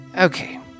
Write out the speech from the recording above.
Okay